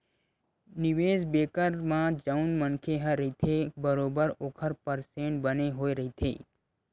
निवेस बेंकर म जउन मनखे ह रहिथे बरोबर ओखर परसेंट बने होय रहिथे